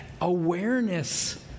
Awareness